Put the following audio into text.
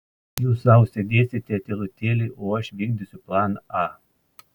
jūs sau sėdėsite tylutėliai o aš vykdysiu planą a